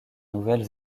nouvelle